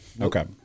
Okay